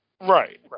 Right